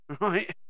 right